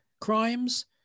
crimes